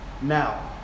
now